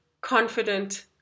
Confident